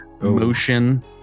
motion